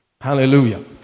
Hallelujah